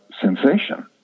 sensation